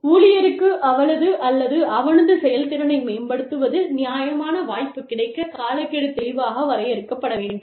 ஊழியருக்கு அவளது அல்லது அவனது செயல்திறனை மேம்படுத்துவதில் நியாயமான வாய்ப்பு கிடைக்கக் காலக்கெடு தெளிவாக வரையறுக்கப்பட வேண்டும்